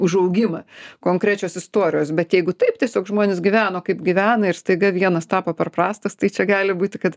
užaugimą konkrečios istorijos bet jeigu taip tiesiog žmonės gyveno kaip gyvena ir staiga vienas tapo per prastas tai čia gali būti kad